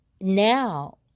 Now